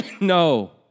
No